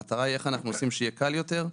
המטרה היא איך אנחנו עושים שיהיה קל יותר,